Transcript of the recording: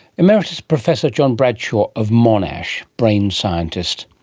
emeritus professor john bradshaw of monash, brain scientist.